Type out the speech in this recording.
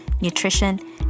nutrition